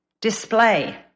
Display